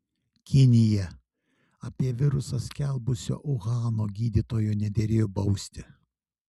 kinija apie virusą skelbusio uhano gydytojo nederėjo bausti